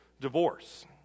divorce